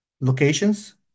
locations